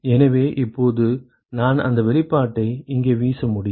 எனவே இப்போது நான் அந்த வெளிப்பாட்டை இங்கே வீச முடியும்